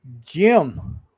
jim